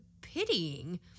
pitying